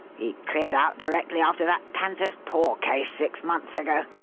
he cleared out directly after that panther's paw case six months ago.